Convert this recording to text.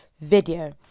video